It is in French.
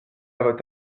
votre